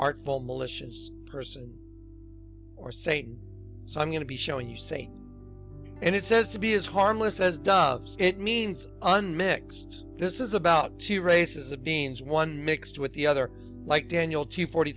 artful malicious person or st so i'm going to be showing you say and it says to be as harmless as does it means unmixed this is about two races of beans one mixed with the other like daniel two forty